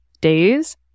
days